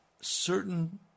certain